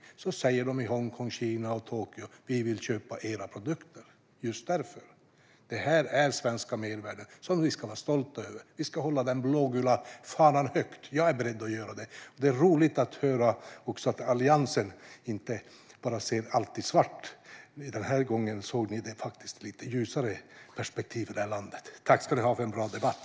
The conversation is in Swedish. Just därför säger man i Hongkong, Kina och Tokyo: Vi vill köpa era produkter. Det här är svenska mervärden som vi ska vara stolta över. Vi ska hålla den blågula fanan högt. Jag är beredd att göra det, och det roligt att höra att Alliansen inte bara ser allt i svart. Den här gången såg ni det i lite ljusare perspektiv för det här landet. Tack ska ni ha för en bra debatt!